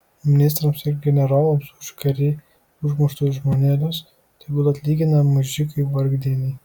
ministrams ir generolams už karėj užmuštus žmonelius tegul atlygina mužikai vargdieniai